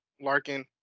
Larkin